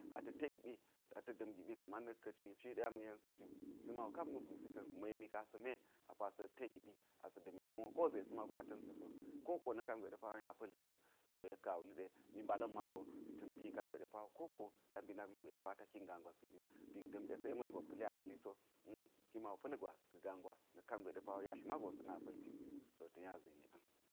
Ata̱ te giɓi a ta̱ da̱m giɓi kaman na̱k ka̱ cwi cwi ɗe a ma̱ yensi ju si ma wu kap na̱k gwisi ka̱n memi ka̱n asa̱ mwe a pa sa̱ te giɓi asa̱ da̱mi gon wo ko zesi mago a ta̱nsi so ko wokko na̱ kangwe ɗe pa wo nya pa̱lti wu to yek ka̱n a wuli ɗe mi mbala̱n mago ta̱n mbi kangwe ɗe pa wo ko wokko ta mbik nak lugwe ɗe pa wo ta kin gaa gwas giɓi wu ba̱k da̱m ɗe se ma̱lgon pa̱li aka̱ li so ki ma wu pa̱l gwa ga̱ gaa gwa kangwe ɗe pa wo yadl mago sa̱ na pa̱lti to ta̱ nya zini ang.